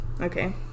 Okay